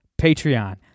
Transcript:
Patreon